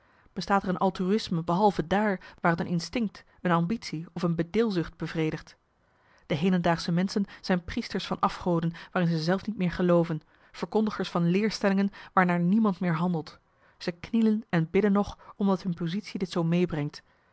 ontbreekt bestaat er een altruïsme behalve daar waar het een instinkt een ambitie of een bedilzucht bevredigt de hedendaagsche menschen zijn priesters van afgoden waarin ze zelf niet meer gelooven verkondigers van leerstellingen waarnaar niemand meer handelt ze knielen en bidden nog omdat hun positie dit zoo marcellus